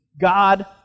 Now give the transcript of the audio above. God